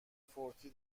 فوتی